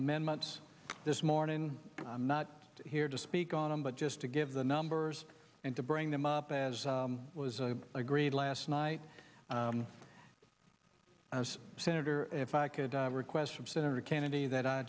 amendments this morning i'm not here to speak on them but just to give the numbers and to bring them up as was a agreed last night i was senator if i could request from senator kennedy that i